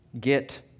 get